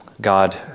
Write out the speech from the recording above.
God